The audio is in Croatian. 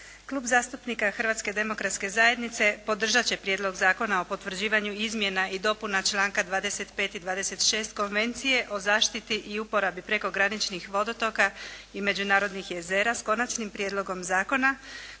Klub zastupnika Hrvatske demokratske zajednice podržat će Prijedlog zakona o potvrđivanju izmjena i dopuna članaka 25. i 26. Konvencije o zaštiti i uporabi prekograničnih vodotoka i međunarodnih jezera, s Konačnim prijedlogom zakona